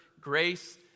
grace